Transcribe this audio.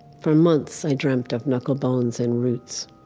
for months i dreamt of knucklebones and roots,